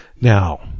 Now